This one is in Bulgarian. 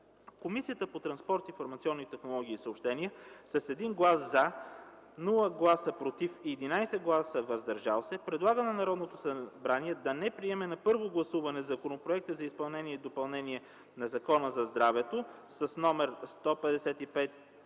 Комисията по транспорт, информационни технологии и съобщения с 1 глас „за”, без „против” и 11 гласа „въздържал се” предлага на Народното събрание да не приеме на първо гласуване Законопроект за изменение и допълнение на Закона за здравето, №